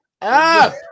up